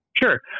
Sure